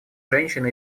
женщин